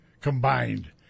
combined